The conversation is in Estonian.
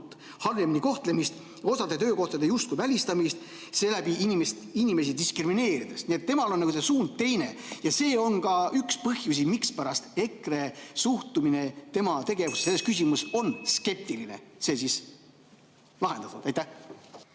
halvemini kohtlemist, osade töökohtade justkui välistamist, seeläbi inimesi diskrimineerides. Nii et temal on see suund teine ja see on ka üks põhjusi, mispärast EKRE suhtumine tema tegevusse selles küsimuses on skeptiline. Suur tänu!